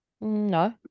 no